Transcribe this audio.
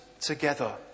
together